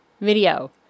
video